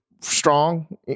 strong